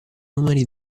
numeri